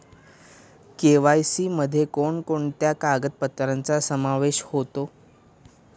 KYC मध्ये कोणकोणत्या कागदपत्रांचा समावेश होतो?